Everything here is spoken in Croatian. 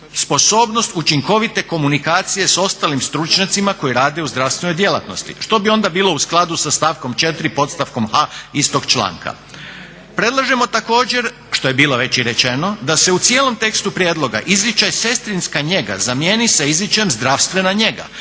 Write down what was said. "sposobnost učinkovite komunikacije s ostalim stručnjacima koji rade u zdravstvenoj djelatnosti" što bi onda bilo u skladu sa stavkom 4. podstavkom h) istog članka. Predlažemo također, što je bilo već i rečeno, da se u cijelom tekstu prijedloga izričaj sestrinska njega zamijeni sa izričajem zdravstvena njega